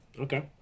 okay